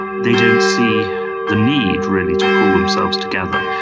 they don't see the need really to pull themselves together.